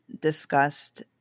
discussed